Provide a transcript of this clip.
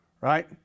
right